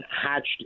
hatched